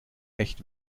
echt